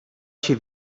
się